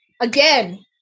again